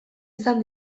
izan